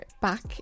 back